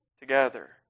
together